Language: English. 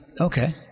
Okay